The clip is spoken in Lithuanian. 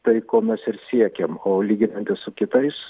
tai ko mes ir siekiam o lyginantis su kitais